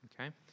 okay